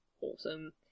awesome